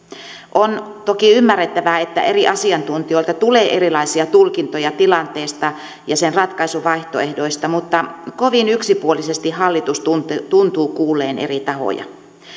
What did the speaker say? on toki ymmärrettävää että eri asiantuntijoilta tulee erilaisia tulkintoja tilanteesta ja sen ratkaisuvaihtoehdoista mutta kovin yksipuolisesti hallitus tuntuu tuntuu kuulleen eri tahoja